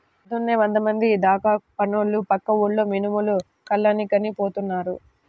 పొద్దున్నే వందమంది దాకా పనోళ్ళు పక్క ఊర్లో మినుములు కల్లానికని పోతున్నారు